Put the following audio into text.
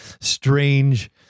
strange